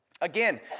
Again